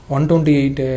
128